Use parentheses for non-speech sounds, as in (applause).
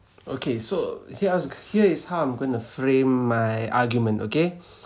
okay so here ask here is how I'm going to frame my argument okay (breath)